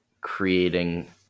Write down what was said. creating